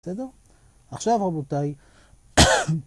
בסדר? עכשיו רבותיי